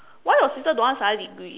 why your sister don't want to study degree